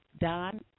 Don